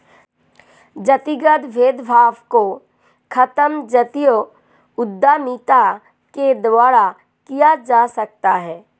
जातिगत भेदभाव को खत्म जातीय उद्यमिता के द्वारा किया जा सकता है